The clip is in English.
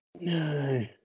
No